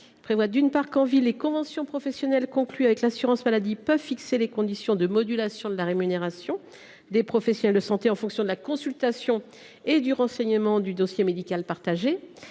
prévoit qu’en ville les conventions professionnelles conclues avec l’assurance maladie peuvent fixer les conditions de modulation de la rémunération des professionnels de santé en fonction de la consultation et du renseignement du dossier médical partagé.